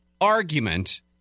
argument